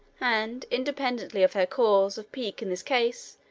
and, independently of her cause of pique in this case,